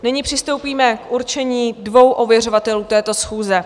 Nyní přistoupíme k určení dvou ověřovatelů této schůze.